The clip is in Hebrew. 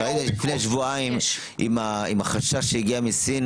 ראית לפני שבועיים עם החשש שהגיע מסין,